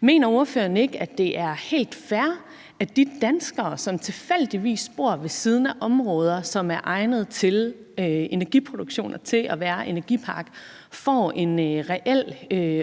Mener ordføreren ikke, at det er helt fair, at de danskere, som tilfældigvis bor ved siden af områder, som er egnede til energiproduktion og til at være energiparker, får en reel